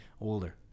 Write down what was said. older